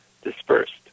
dispersed